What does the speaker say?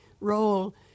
role